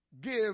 give